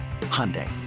Hyundai